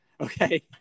Okay